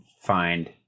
find